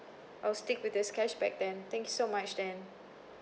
I'll stick with this cashback then thanks so much then